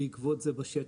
בעקבות זה בשטח,